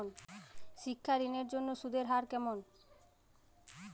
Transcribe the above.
শিক্ষা ঋণ এর জন্য সুদের হার কেমন?